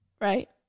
right